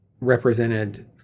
represented